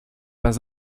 pas